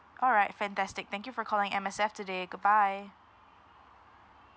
all right fantastic thank you for calling M_S_F today goodbye